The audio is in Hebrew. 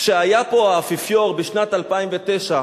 כשהיה פה האפיפיור, בשנת 2009,